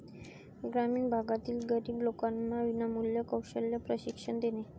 ग्रामीण भागातील गरीब लोकांना विनामूल्य कौशल्य प्रशिक्षण देणे